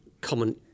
common